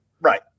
Right